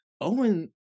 Owen